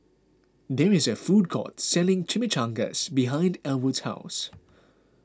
there is a food court selling Chimichangas behind Elwood's house